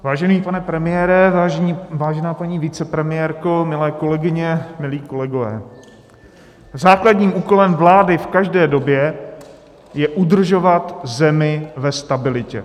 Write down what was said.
Vážený pane premiére, vážená paní vicepremiérko, milé kolegyně, milí kolegové, základním úkolem vlády v každé době je udržovat zemi ve stabilitě.